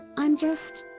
i'm just.